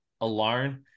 alone